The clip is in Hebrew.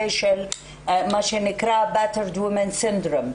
של מה שנקרא Battered woman syndrome,